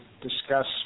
discuss